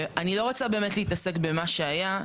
אני לא רוצה להתעסק במה שהיה,